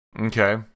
Okay